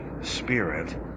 spirit